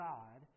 God